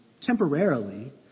temporarily